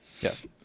Yes